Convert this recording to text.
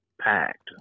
packed